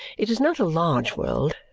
it is not a large world.